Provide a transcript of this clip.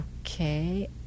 okay